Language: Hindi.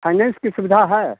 फाइनेंस की सुविधा है